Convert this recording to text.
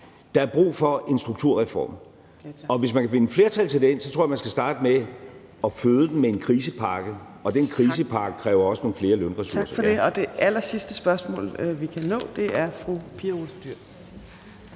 Der er brug for en strukturreform, og hvis man kan finde et flertal for det, så tror jeg, at man skal starte med at føde den med en krisepakke. Og den krisepakke kræver også nogle flere lønressourcer. Kl. 20:17 Anden næstformand (Trine Torp): Tak for det. Det allersidste spørgsmål, vi kan nå, er fra fru Pia Olsen Dyhr.